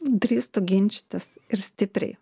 drįstu ginčytis ir stipriai